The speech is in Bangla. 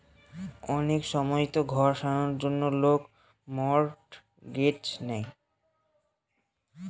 অনেক সময়তো ঘর সারানোর জন্য লোক মর্টগেজ নেয়